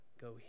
go